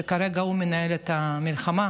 שכרגע הוא מנהל את המלחמה,